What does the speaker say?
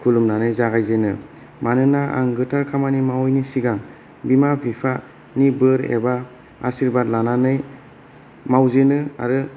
खुलुमनानै जागायजेनो मानोना आं गोथार खामानि मावैनि सिगां बिमा बिफानि बोर एबा आसिरबाद लानानै मावजेनो आरो